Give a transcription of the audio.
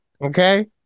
Okay